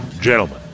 gentlemen